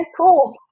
cool